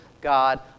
God